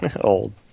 Old